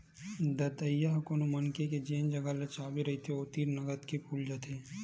दतइया ह कोनो मनखे के जेन जगा ल चाबे रहिथे ओ तीर नंगत के फूल जाय रहिथे